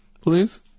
Please